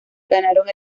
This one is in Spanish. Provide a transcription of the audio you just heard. ganaron